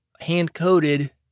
hand-coded